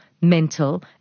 mental